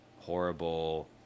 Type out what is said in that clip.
horrible